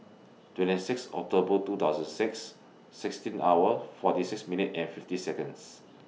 twenty six October two thousand six sixteen hour forty six minute and fifty Seconds